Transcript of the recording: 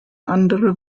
andere